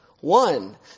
one